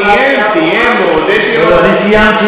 אני סיימתי,